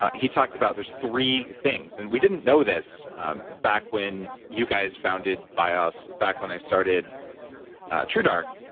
he talked about, there's three things, and we didn't know this um back when you guys founded bios, back when i started truedark,